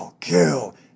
kill